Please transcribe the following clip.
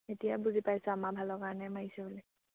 এতিয়া বুজি পাইছোঁ আমাৰ ভালৰ কাৰণে মাৰিছে বুলি